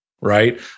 right